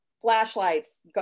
flashlights